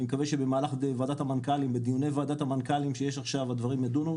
אני מקווה שבדיוני ועדת המנכ"לים שיש עכשיו הדברים יידונו.